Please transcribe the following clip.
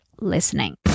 listening